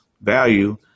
value